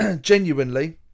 genuinely